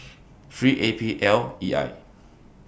three A P L E I